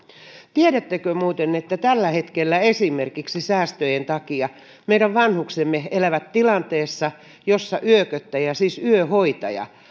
tiedättekö muuten että tällä hetkellä esimerkiksi säästöjen takia meidän vanhuksemme elävät tilanteessa jossa yököttäjä siis yöhoitaja